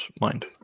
mind